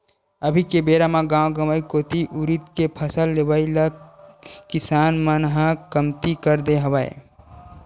अभी के बेरा म गाँव गंवई कोती उरिद के फसल लेवई ल किसान मन ह कमती कर दे हवय